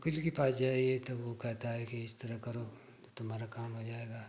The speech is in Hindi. वक़ील के पास जाइए तो वह कहता है इस तरह करो तो तुम्हारा काम हो जाएगा